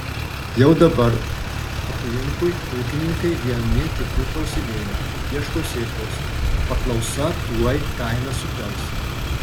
jau dabar aplinkui ūkininkai vieni kitų klausinėja ieško sėklos paklausa tuoj kainas sukels